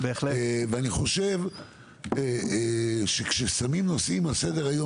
אני חושב שכאשר שמים נושאים על סדר היום,